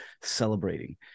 celebrating